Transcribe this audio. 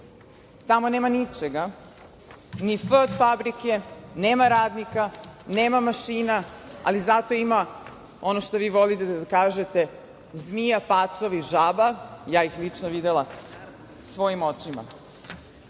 Tamo nema ničega, ni „f“ od fabrike, nema radnika, nema mašina, ali zato ima ono što vi volite da kažete – zmija, pacova i žaba, ja ih lično videla svojim očima. Pa